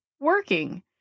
working